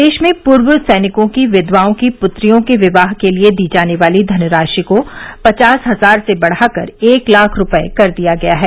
प्रदेश में पूर्व सैनिकों की विधवाओं की पुत्रियों के विवाह के लिये दी जाने वाली धनराशि को पचास हजार से बढ़ाकर एक लाख रूपये कर दिया गया है